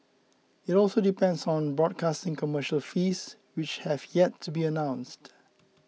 it also depends on the broadcasting commercial fees which have yet to be announced